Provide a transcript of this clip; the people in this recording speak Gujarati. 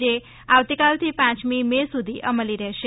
જે આવતીકાલથી પાંચમી મે સુધી અમલી રહેશે